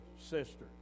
sister